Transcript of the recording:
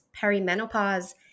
perimenopause